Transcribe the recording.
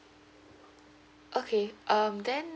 okay um then